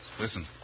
Listen